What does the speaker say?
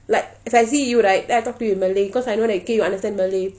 like if I see you right then I talk to you in malay cause I know that okay you understand malay